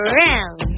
round